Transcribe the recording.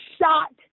shot